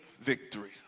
victory